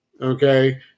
okay